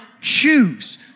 choose